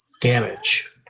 damage